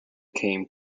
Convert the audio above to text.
came